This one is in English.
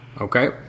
okay